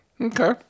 Okay